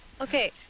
Okay